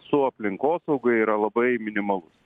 su aplinkosauga yra labai minimalus